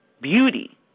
beauty